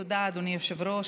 תודה, אדוני היושב-ראש.